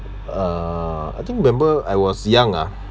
uh I think remember I was young ah